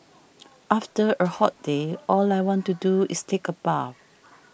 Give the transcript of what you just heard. after a hot day all I want to do is take a bath